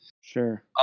Sure